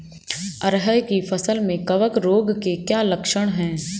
अरहर की फसल में कवक रोग के लक्षण क्या है?